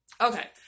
okay